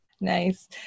Nice